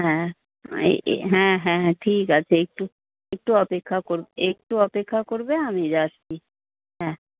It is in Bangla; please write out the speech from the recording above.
হ্যাঁ এই হ্যাঁ হ্যাঁ ঠিক আছে একটু একটু অপেক্ষা করবে একটু অপেক্ষা করবে আমি যাচ্ছি হ্যাঁ